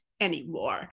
anymore